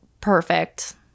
perfect